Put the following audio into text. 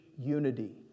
unity